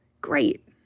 great